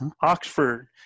Oxford